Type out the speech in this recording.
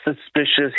suspicious